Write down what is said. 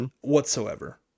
whatsoever